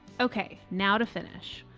okay now to finish,